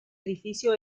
edificio